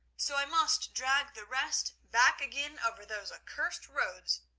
so i must drag the rest back again over those accursed roads,